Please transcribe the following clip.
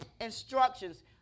instructions